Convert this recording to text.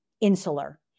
insular